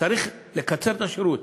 צריך לקצר את השירות,